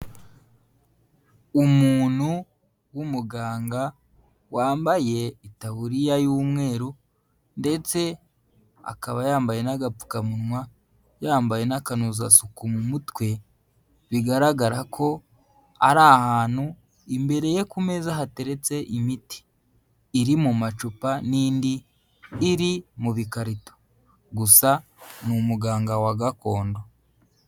Umuntu w'umuganga wambaye itaburiya y'umweru ndetse akaba yambaye'gapfukamunwa, yambaye n'akanuzu asuku mu mutwe, bigaragara ko ari ahantu imbere ye ku meza hateretse imiti iri mu macupa n'indi iri mu bikarito, gusa ni umuganga wa gakondo.